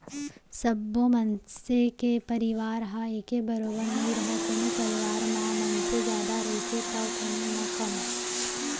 सब्बो मनसे के परवार ह एके बरोबर नइ रहय कोनो परवार म मनसे जादा रहिथे तौ कोनो म कम